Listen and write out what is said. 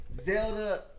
Zelda